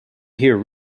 hear